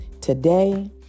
today